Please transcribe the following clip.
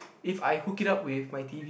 if I hook it up with my T_V